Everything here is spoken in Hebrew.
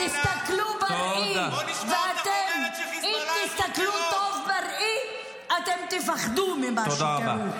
-- ועל דחיית בקשות של ראשי מועצות.